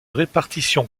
répartition